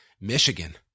Michigan